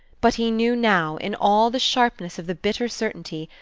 but he knew now, in all the sharpness of the bitter certainty,